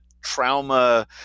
trauma